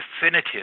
definitive